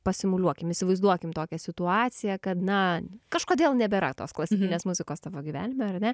pasimuliuokim įsivaizduokim tokią situaciją kad na kažkodėl nebėra tos klasikinės muzikos tavo gyvenime ar ne